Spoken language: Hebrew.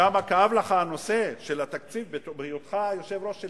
כמה כאב לך הנושא של התקציב בהיותך יושב-ראש של